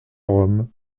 rome